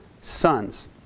sons